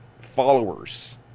followers